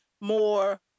more